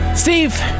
Steve